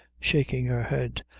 shaking her head.